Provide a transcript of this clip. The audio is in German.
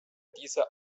dieser